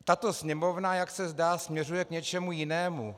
Tato Sněmovna, jak se zdá, směřuje k něčemu jinému.